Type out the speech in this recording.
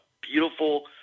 beautiful